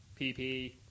PP